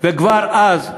וכבר אז,